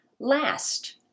Last